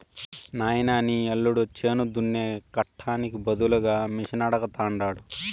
నాయనా నీ యల్లుడు చేను దున్నే కట్టానికి బదులుగా మిషనడగతండాడు